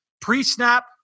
pre-snap